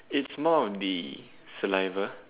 it's more of the saliva